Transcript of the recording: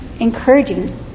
encouraging